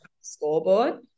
scoreboard